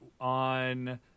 on